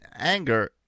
anger